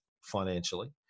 financially